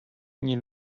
nie